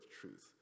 truth